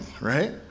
right